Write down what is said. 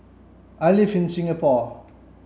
I live in Singapore